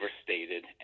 overstated